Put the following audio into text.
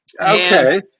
Okay